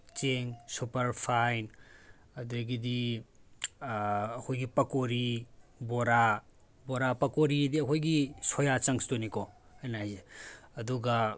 ꯆꯦꯡ super fine ꯑꯗꯒꯤꯗꯤ ꯑꯩꯈꯣꯏꯒꯤ ꯄꯀꯧꯔꯤ ꯕꯣꯔꯥ ꯕꯣꯔꯥ ꯄꯀꯧꯔꯤ ꯍꯥꯏꯗꯤ ꯑꯩꯈꯣꯏꯒꯤ ꯁꯣꯌꯥ ꯆꯪꯁꯇꯨꯅꯤꯀꯣ ꯑꯩꯅ ꯍꯥꯏꯁꯦ ꯑꯗꯨꯒ